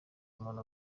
umuntu